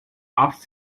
off